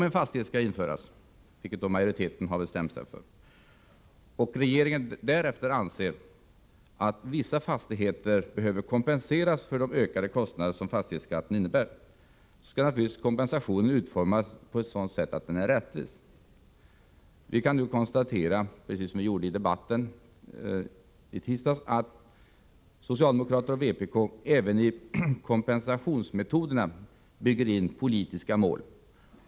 En majoritet har alltså bestämt sig för att fastighetsskatt skall införas. Men om regeringen sedan anser att vissa fastigheter behöver kompenseras för de ökade kostnader som fastighetsskatten innebär, skall kompensationen naturligtvis vara rättvist utformad. Vi kan nu konstatera, precis som vi gjorde i debatten i tisdags, att socialdemokrater och vpk-are även i fråga om valet av kompensationsmetoder bygger in politiska mål.